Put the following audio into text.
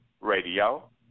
radio